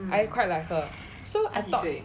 I quite like her so I thought